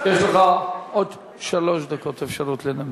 יש לך עוד שלוש דקות אפשרות לנמק.